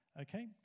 Okay